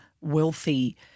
wealthy